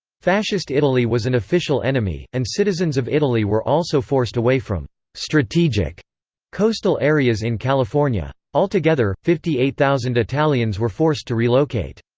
fascist italy was an official enemy, and citizens of italy were also forced away from strategic coastal areas in california. altogether, fifty eight thousand italians were forced to relocate.